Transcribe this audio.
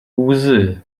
łzy